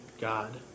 God